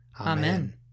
Amen